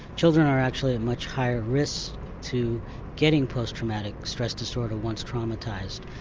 children are actually at much higher risk to getting post-traumatic stress disorder, once traumatised,